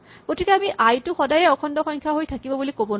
গতিকে আমি আই টো সদায়েই অখণ্ড সংখ্যা হৈ থাকিব বুলি ক'ব নোৱাৰো